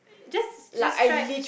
just just try